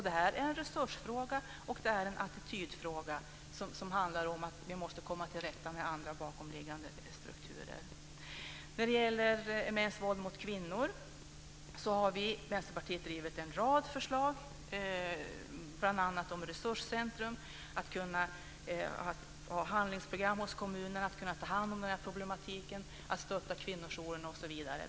Detta är en resursfråga och en attitydfråga som handlar om att vi måste komma till rätta med andra bakomliggande strukturer. När det gäller mäns våld mot kvinnor har vi i Vänsterpartiet drivit en rad förslag, bl.a. om resurscentrum och att man ska kunna ha handlingsprogram hos kommunerna och kunna ta hand om denna problematik och att stötta kvinnojourerna osv.